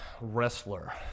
wrestler